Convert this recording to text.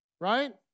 right